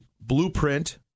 blueprint